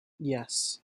yes